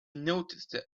noticed